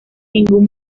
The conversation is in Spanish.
ningún